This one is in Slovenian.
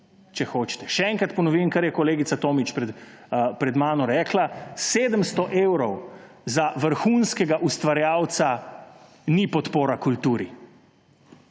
če hočete. Še enkrat ponovim, kar je kolegica Tomić pred mano rekla; 700 evrov za vrhunskega ustvarjalca ni podpora kulturi.